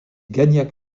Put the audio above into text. gagnac